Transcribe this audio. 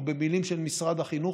או במילים של משרד החינוך,